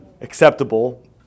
acceptable